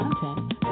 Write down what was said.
content